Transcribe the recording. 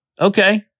okay